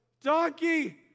Donkey